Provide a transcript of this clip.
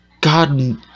God